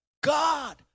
God